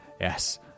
Yes